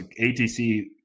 ATC